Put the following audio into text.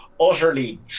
utterly